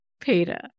Peter